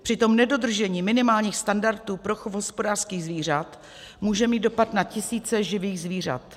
Přitom nedodržení minimálních standardů pro chov hospodářských zvířat může mít dopad na tisíce živých zvířat.